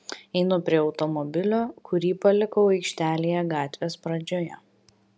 einu prie automobilio kurį palikau aikštelėje gatvės pradžioje